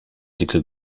dicke